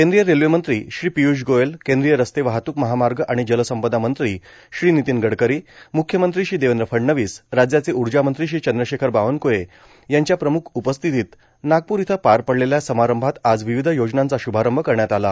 केंद्रीय रेल्वे मंत्री श्री पियूष गोयल केंद्रीय रस्ते वाहतूक महामार्ग आणि जलसंपदा मंत्री श्री नितीन गडकरी मुख्यमंत्री श्री देवेंद्र फडणवीस राज्याचे उर्जा मंत्री श्री चंद्रशेखर बावनकुळे यांच्या प्रमुख उपस्थितीत नागपूर इथं पार पडलेल्या समारंभात आज विविध योजनांचा श्रभारंभ करण्यात आला